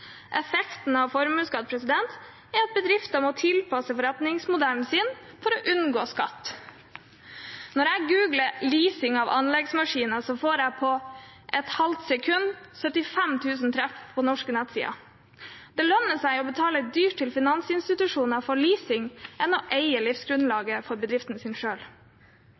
Effekten av formuesskatt er at bedrifter må tilpasse forretningsmodellen sin for å unngå skatt. Når jeg googler «leasing av anleggsmaskiner», får jeg på et halvt sekund 75 000 treff på norske nettsider. Det lønner seg å betale dyrt til finansinstitusjoner for leasing sammenlignet med å eie livsgrunnlaget for bedriften sin